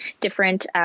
different